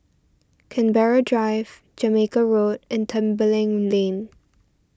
Canberra Drive Jamaica Road and Tembeling Lane